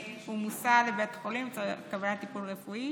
מוסע לבית החולים לצורך קבלת טיפול רפואי